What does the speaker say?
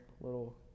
little